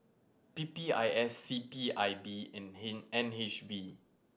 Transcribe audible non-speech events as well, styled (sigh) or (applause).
P P I S C P I B and (unintelligible) N H B